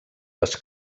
les